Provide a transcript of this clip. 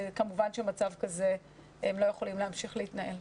וכמובן שבמצב כזה הם לא יכולים להמשיך להתנהל.